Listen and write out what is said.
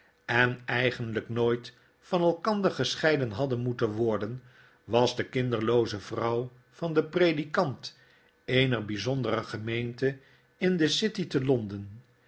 en eigenlyk nooit van elkander gescheiden hadden moeten worden was de kmderlooze vrouw van den predikant eener byzondere gemeente in de city te londen